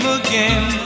again